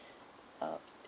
um